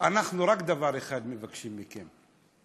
אנחנו רק דבר אחד מבקשים מכם,